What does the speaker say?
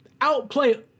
outplay